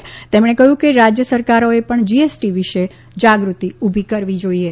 નાણાં મંત્રીએ કહયું કે રાજય સરકારોએ પણ જીએસટી વિશે જાગૃતિ ઉભી કરવી જોઇએ